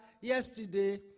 yesterday